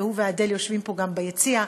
והוא ואדל יושבים פה ביציע,